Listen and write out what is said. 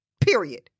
Period